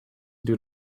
due